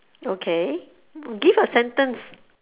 okay give a sentence